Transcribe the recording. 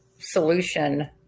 solution